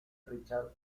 richard